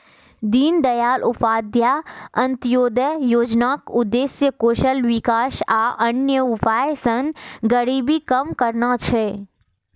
दीनदयाल उपाध्याय अंत्योदय योजनाक उद्देश्य कौशल विकास आ अन्य उपाय सं गरीबी कम करना छै